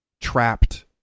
trapped